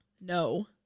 No